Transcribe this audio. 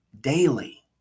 daily